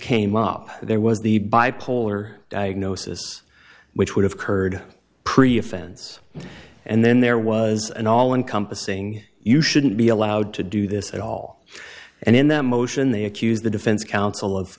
came up there was the bipolar diagnosis which would have occurred pretty offense and then there was an all encompassing you shouldn't be allowed to do this at all and in that motion they accuse the defense counsel of